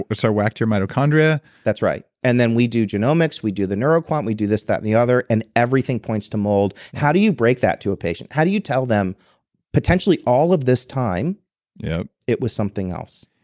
but sorry whacked your mitochondria that's right. and then we do genomics. we do the neuroquant. we do this, that and the other and everything points to mold. how do you break that to a patient? how do you tell them potentially all of this time you know it was something else?